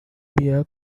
beer